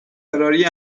فراری